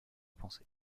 pensée